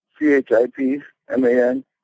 C-H-I-P-M-A-N